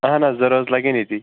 اہن حظ زٕ رٲژ لَگٮ۪ن یتِے